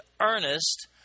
earnest